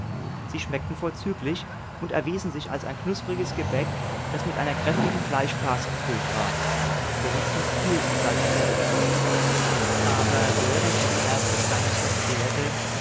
sie schmeckten vorzüglich und erwiesen sich als ein knuspriges gebäck das mit einer kräftigen fleischfarce gefüllt war wenigstens hielt saltner sie dafür aber während er die erste stange verzehrte